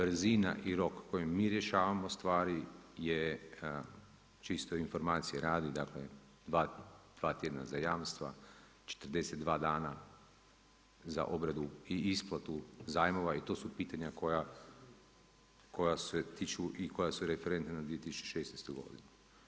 Brzina i rok kojim mi rješavamo stvari je čisto informacije radi, dakle, dva tjedna za jamstva, 42 dana za obradu i isplatu zajmova i to su pitanja koja se tiču i koja su referentna na 2016. godinu.